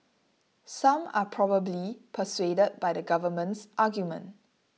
some are probably persuaded by the government's argument